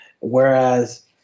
Whereas